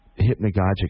hypnagogic